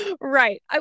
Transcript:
right